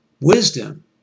Wisdom